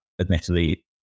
admittedly